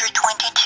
twenty